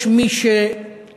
יש מי שדואג